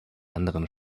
anderen